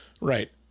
Right